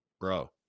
Bro